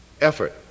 effort